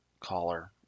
caller